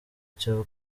cyo